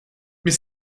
mais